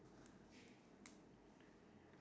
how could an object